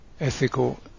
ethical